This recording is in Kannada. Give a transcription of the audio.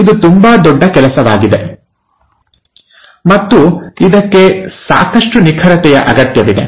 ಇದು ತುಂಬಾ ದೊಡ್ಡ ಕೆಲಸವಾಗಿದೆ ಮತ್ತು ಇದಕ್ಕೆ ಸಾಕಷ್ಟು ನಿಖರತೆಯ ಅಗತ್ಯವಿದೆ